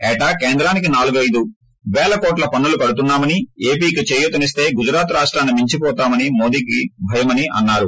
ఏటా కేంద్రానికి నాలుగైదు పేల కోట్లు పన్నులు కడుతున్నామని ఏపీకి చేయూతనిస్తే గుజరాత్ రాష్టాన్ని మించిపోతామని మోదీకి భయమని అన్నారు